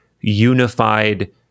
unified